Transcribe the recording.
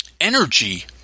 energy